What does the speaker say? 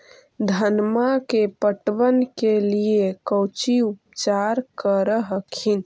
धनमा के पटबन के लिये कौची उपाय कर हखिन?